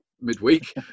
midweek